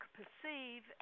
perceive